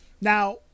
Now